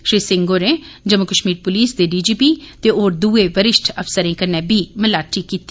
श्री सिंह होरें जम्मू कश्मीर पुलस दे डी जी पी ते होर दूए वरिष्ठ अफसरें कन्नै बी मलाटी कीती